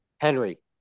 Henry